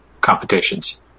competitions